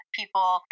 people